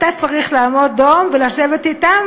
אתה צריך לעמוד דום ולשבת אתם,